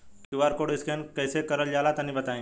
QR code scan कैसे क़रल जला तनि बताई?